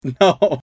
No